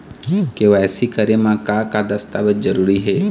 KYC करे म का का दस्तावेज जरूरी हे?